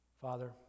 Father